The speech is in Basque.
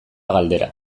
galdera